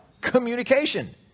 communication